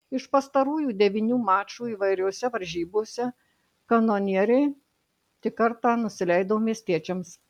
iš pastarųjų devynių mačų įvairiose varžybose kanonieriai tik kartą nusileido miestiečiams